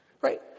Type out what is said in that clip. Right